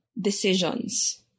decisions